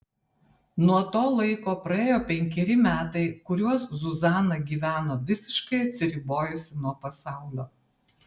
nuo to laiko praėjo penkeri metai kuriuos zuzana gyveno visiškai atsiribojusi nuo pasaulio